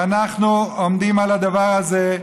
ואנחנו עומדים על הדבר הזה,